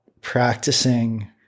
practicing